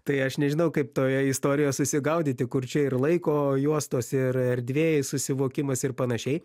tai aš nežinau kaip toje istorijoje susigaudyti kur čia ir laiko juostos ir erdvėj susivokimas ir panašiai